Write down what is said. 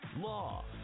law